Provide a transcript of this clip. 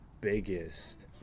biggest